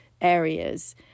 areas